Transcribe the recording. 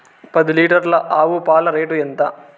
పది లీటర్ల ఆవు పాల రేటు ఎంత?